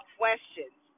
questions